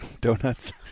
donuts